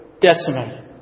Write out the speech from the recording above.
decimated